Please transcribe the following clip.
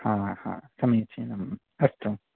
हा हा समीचीनम् अस्तु